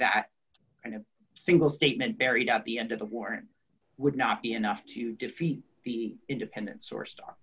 that kind of single statement buried at the end of the war would not be enough to defeat the independen